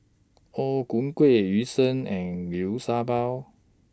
O Ku Kueh Yu Sheng and Liu Sha Bao